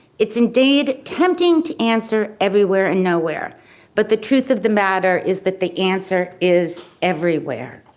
it's indeed tempting to answer everywhere and nowhere but the truth of the matter is that the answer is everywhere.